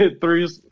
three